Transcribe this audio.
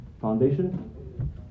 foundation